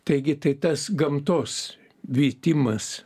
taigi tai tas gamtos vytimas